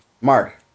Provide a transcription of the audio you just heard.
Mark